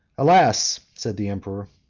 alas! said the emperor,